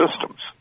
systems